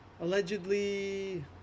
allegedly